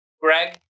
Greg